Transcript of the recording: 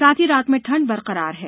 साथ ही रात में ठंक बरकरार है